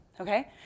Okay